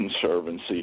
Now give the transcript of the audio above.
Conservancy